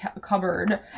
cupboard